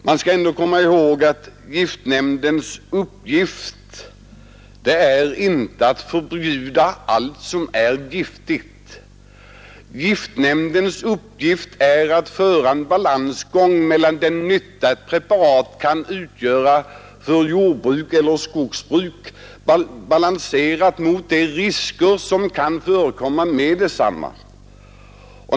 Man bör komma ihåg att giftnämndens uppgift inte är att förbjuda allt som är giftigt, utan att balansera den nytta ett preparat kan medföra för jordbruk eller skogsbruk mot de risker som kan vara förenade med detsamma.